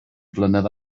flynedd